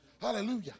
Hallelujah